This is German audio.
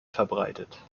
verbreitet